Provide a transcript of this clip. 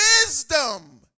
Wisdom